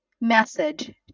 message